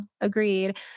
agreed